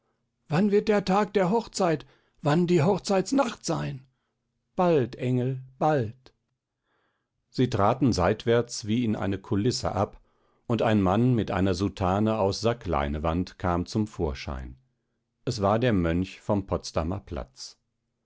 wann wird der tag der hochzeit wann wird die hochzeitsnacht sein bald engel bald sie traten seitwärts wie in eine kulisse ab und ein mann in einer soutane aus sackleinewand kam zum vorschein es war der mönch vom potsdamer platz